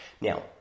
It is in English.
Now